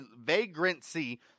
vagrancy